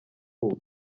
ubu